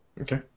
Okay